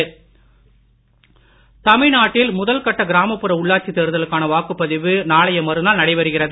உள்ளாட்சி தமிழ்நாட்டில் முதல் கட்ட கிராமப்புற உள்ளாட்சி தேர்தலுக்கான வாக்குப்பதிவு நாளைய மறுநாள் நடைபெறுகிறது